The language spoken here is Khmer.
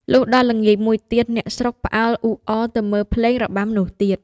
លុះដល់ល្ងាចមួយទៀត អ្នកស្រុកផ្អើល អ៊ូអរទៅមើលភ្លេងរបាំនោះទៀត